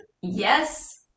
Yes